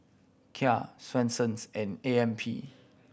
Kia Swensens and A M P